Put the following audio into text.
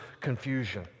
confusion